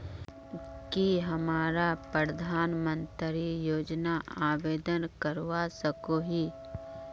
की हमरा प्रधानमंत्री योजना आवेदन करवा सकोही?